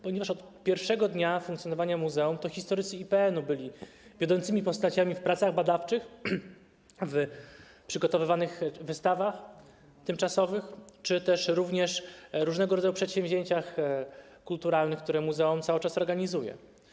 Ponieważ od pierwszego dnia funkcjonowania muzeum to historycy IPN byli wiodącymi postaciami w pracach badawczych, w przygotowywaniu wystaw tymczasowych czy też różnego rodzaju przedsięwzięciach kulturalnych, które muzeum cały czas organizuje.